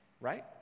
right